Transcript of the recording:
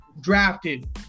drafted